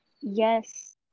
Yes